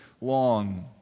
long